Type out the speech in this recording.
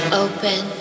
open